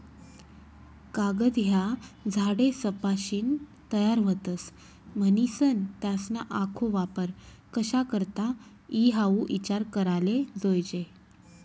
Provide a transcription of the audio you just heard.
कागद ह्या झाडेसपाशीन तयार व्हतस, म्हनीसन त्यासना आखो वापर कशा करता ई हाऊ ईचार कराले जोयजे